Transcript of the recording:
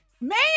man